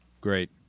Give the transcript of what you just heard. Great